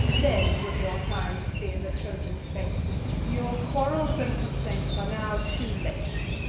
then was your time to fear the trojan fate your quarrels and complaints are now too late.